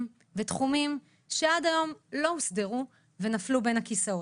ותחומים שעד היום לא הוסדרו ונפלו בין הכיסאות,